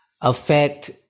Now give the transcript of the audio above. affect